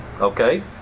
Okay